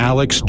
Alex